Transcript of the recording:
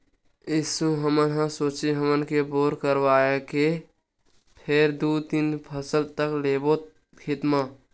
एसो हमन ह सोचे हवन खेत म बोर करवाए के फेर दू ले तीन फसल तक लेबो खेत म